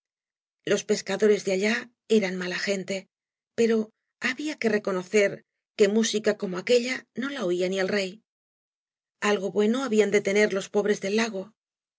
loe pescadores de allá eran mala gente pero híbí i qua reconocer que múáica como aquella no la oía ni el rey algo bueno habían de tener los pobres del lago